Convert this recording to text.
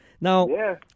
Now